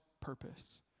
purpose